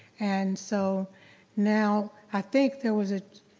and so now i think there was a,